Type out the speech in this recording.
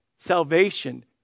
Salvation